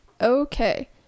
okay